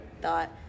thought